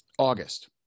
August